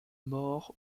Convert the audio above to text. mort